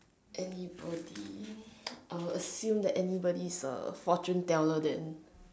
anybody I will assume that anybody is a fortune teller then